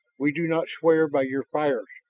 we do not swear by your fires,